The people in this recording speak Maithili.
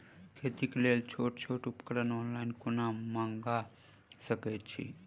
खेतीक लेल छोट छोट उपकरण ऑनलाइन कोना मंगा सकैत छी?